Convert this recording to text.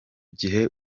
gihe